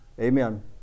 Amen